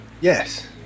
Yes